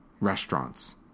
Restaurants